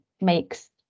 makes